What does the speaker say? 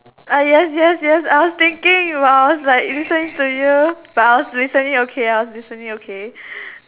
ah yes yes yes I was thinking but I was like listening to you but I was listening okay I was listening okay